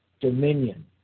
dominion